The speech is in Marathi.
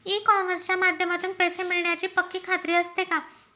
ई कॉमर्सच्या माध्यमातून पैसे मिळण्याची पक्की खात्री असते का?